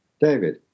David